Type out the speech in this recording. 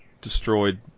destroyed